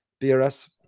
BRS